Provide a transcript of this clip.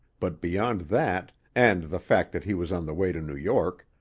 but beyond that, and the fact that he was on the way to new york,